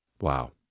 Wow